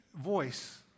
voice